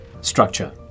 structure